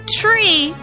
tree